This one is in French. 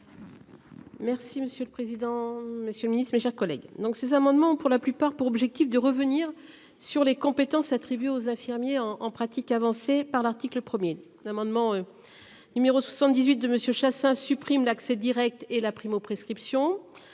Merci monsieur le président, Monsieur le Ministre, mes chers collègues. Donc ces amendements pour la plupart pour objectif de revenir sur les compétences attribuées aux infirmiers en en pratique avancée par l'article 1er, l'amendement. Numéro 78 de Monsieur Chassaing supprime l'accès Direct et la primo-prescription.